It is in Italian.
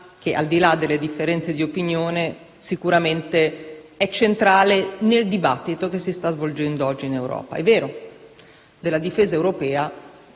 che, al di là delle differenze di opinione, sicuramente è centrale nel dibattito che si sta svolgendo oggi in Europa. È vero, della difesa europea